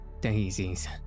Daisies